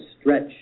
stretch